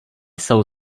jsou